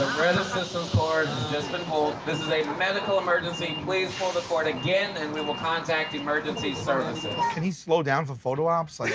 red assistance cord has just been pulled. if this is a medical emergency, please pull the cord again, and we will contact emergency services. can he slow down for photo ops? like